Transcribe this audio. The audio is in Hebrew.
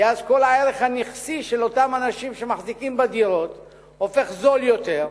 כי אז כל הערך הנכסי של אותם אנשים שמחזיקים בדירות הופך זול יותר,